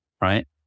right